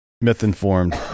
Myth-informed